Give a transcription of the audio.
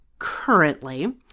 currently